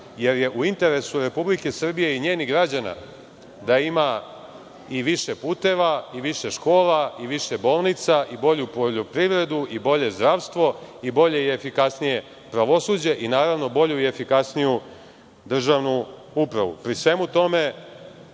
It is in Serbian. jer je u interesu Republike Srbije i njenih građana, da ima i više puteva, i više škola, i više bolnica, i bolju poljoprivredu, i bolje zdravstvo, i bolje i efikasnije pravosuđe, i naravno bolju i efikasniju državnu upravu. Pri svemu tome,